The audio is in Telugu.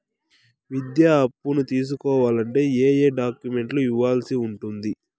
విద్యా అప్పును తీసుకోవాలంటే ఏ ఏ డాక్యుమెంట్లు ఇవ్వాల్సి ఉంటుంది